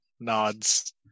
nods